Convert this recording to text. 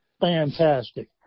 fantastic